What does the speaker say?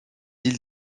îles